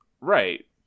Right